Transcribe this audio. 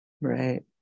right